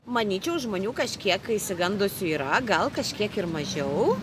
manyčiau žmonių kažkiek išsigandusių yra gal kažkiek ir mažiau